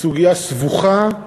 הסוגיה סבוכה,